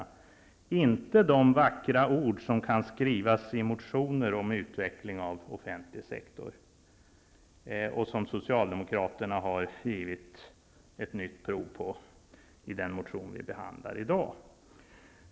Det är inte de vackra ord som kan skrivas i motioner om utveckling av offentlig sektor, som Socialdemokraterna har givit ett nytt prov på i den motion som vi behandlar i dag.